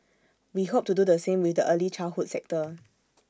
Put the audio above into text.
we hope to do the same with the early childhood sector